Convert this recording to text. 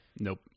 Nope